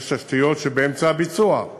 יש תשתיות שבאמצע הביצוע.